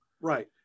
Right